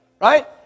right